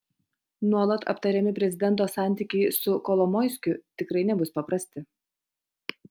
nuolat aptariami prezidento santykiai su kolomoiskiu tikrai nebus paprasti